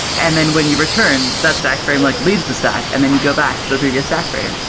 and then when you return, that stack frame like leaves the stack and then you go back to the previous stack frame.